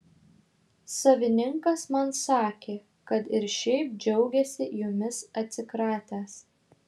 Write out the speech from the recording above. savininkas man sakė kad ir šiaip džiaugiasi jumis atsikratęs